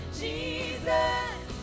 jesus